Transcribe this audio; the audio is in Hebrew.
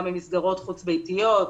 גם במסגרות חוץ ביתיות,